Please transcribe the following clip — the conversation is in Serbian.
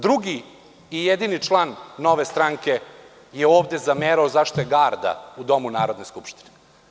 Drugi i jedini član Nove stranke je ovde zamerao zašto je Garda u Domu Narodne skupštine.